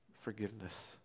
forgiveness